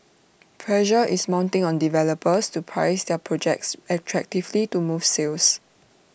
pressure is mounting on developers to price their projects attractively to move sales